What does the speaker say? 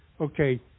Okay